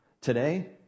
Today